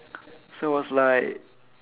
so was like